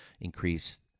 increase